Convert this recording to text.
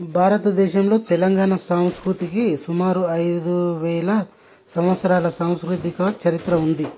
భారతదేశంలో తెలంగాణ సంస్కృతికి సుమారు ఐదువేల సంవత్సరాల సాంస్కృతిక చరిత్ర ఉంది